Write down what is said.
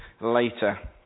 later